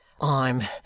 I'm